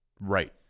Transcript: right